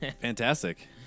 Fantastic